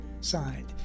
signed